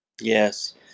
Yes